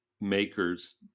makers